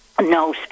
no